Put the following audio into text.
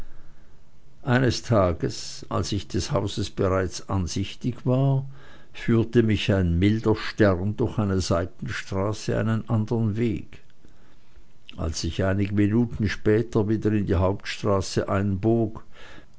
eines tages als ich des hauses bereits ansichtig war führte mich mein milder stern durch eine seitenstraße einen andern weg als ich einige minuten später wieder in die hauptstraße einbog